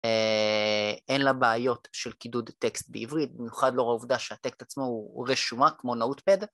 אין לה בעיות של קידוד טקסט בעברית במיוחד לאור העובדה שהטקסט עצמו הוא רשומה כמו notepad